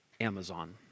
Amazon